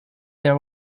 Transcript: there